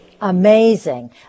amazing